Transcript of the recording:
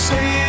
Say